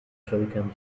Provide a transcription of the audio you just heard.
völkern